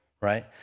Right